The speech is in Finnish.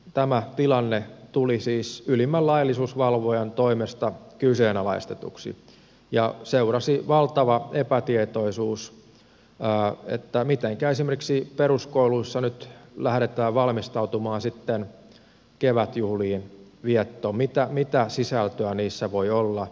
tämä tilanne tuli siis ylimmän laillisuusvalvojan toimesta kyseenalaistetuksi ja seurasi valtava epätietoisuus mitenkä esimerkiksi peruskouluissa nyt lähdetään valmistautumaan sitten kevätjuhlien viettoon mitä sisältöä niissä voi olla